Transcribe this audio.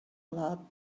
lot